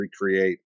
recreate